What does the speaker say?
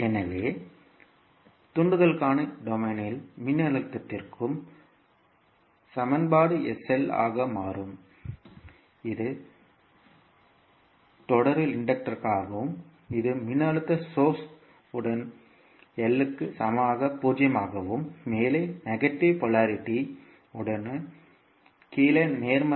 எனவே தூண்டலுக்கான டொமைனில் மின்னழுத்தத்திற்கும் சமன்பாடு ஆக மாறும் இது தொடரில் இண்டக்டராகும் இது மின்னழுத்த சோர்ஸ் உடன் L க்கு சமமாக 0 ஆகவும் மேலே நெகட்டிவ் போலாரிட்டி உடனும் கீழே நேர்மறை